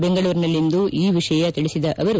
ಬೆಂಗಳೂರಿನಲ್ಲಿಂದು ಈ ವಿಷಯ ತಿಳಿಸಿದ ಅವರು